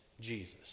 jesus